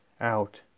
Out